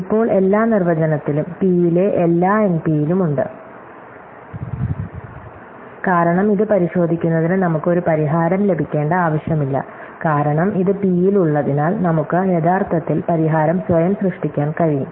ഇപ്പോൾ എല്ലാ നിർവചനത്തിലും പിയിലെ എല്ലാം എൻപിയിലും ഉണ്ട് കാരണം ഇത് പരിശോധിക്കുന്നതിന് നമുക്ക് ഒരു പരിഹാരം ലഭിക്കേണ്ട ആവശ്യമില്ല കാരണം ഇത് പി യിൽ ഉള്ളതിനാൽ നമുക്ക് യഥാർത്ഥത്തിൽ പരിഹാരം സ്വയം സൃഷ്ടിക്കാൻ കഴിയും